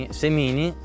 semini